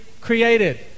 created